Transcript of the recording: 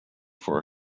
for